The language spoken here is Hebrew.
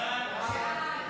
סעיפים